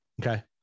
Okay